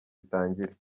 itangire